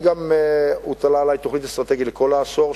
גם הוטלה עלי תוכנית אסטרטגית לכל העשור,